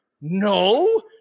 No